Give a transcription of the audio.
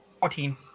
Fourteen